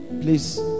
please